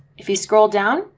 if you scroll down,